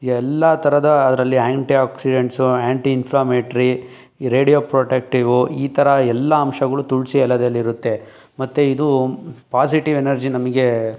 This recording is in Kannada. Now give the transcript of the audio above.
ಎಲ್ಲ ಥರದ ಅದರಲ್ಲಿ anti oxidants anti inflammatory radioprotective ಈ ಥರ ಎಲ್ಲ ಅಂಶಗಳು ತುಳಸಿ ಎಲೆದಲ್ಲಿ ಇರುತ್ತೆ ಮತ್ತು ಇದು ಪಾಸಿಟಿವ್ ಎನರ್ಜಿ ನಮಗೆ